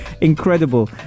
incredible